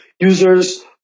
users